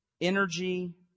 energy